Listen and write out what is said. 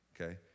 okay